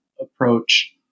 approach